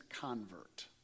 convert